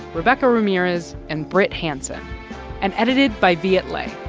rebecca ramirez and brit hanson and edited by viet le